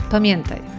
Pamiętaj